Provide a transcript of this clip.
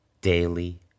daily